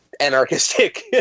anarchistic